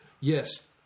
yes